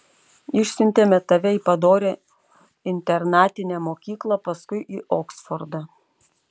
išsiuntėme tave į padorią internatinę mokyklą paskui į oksfordą